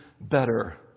better